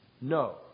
No